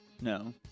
No